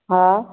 हा